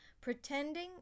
Pretending